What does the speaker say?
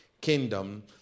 kingdom